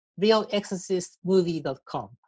realexorcistmovie.com